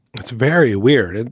it's very weird. and